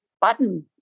button